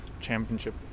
Championship